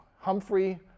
Humphrey